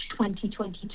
2022